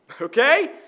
Okay